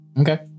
Okay